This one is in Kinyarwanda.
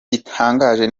gitangaje